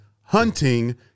hunting